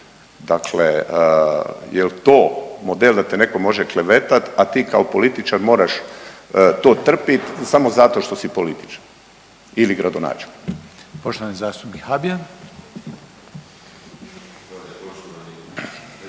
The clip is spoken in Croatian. Dakle, jel' to model da te netko može klevetati, a ti kao političar moraš to trpiti samo zato što si političar ili gradonačelnik?